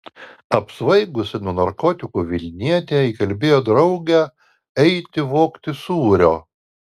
apsvaigusi nuo narkotikų vilnietė įkalbėjo draugę eiti vogti sūrio